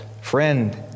Friend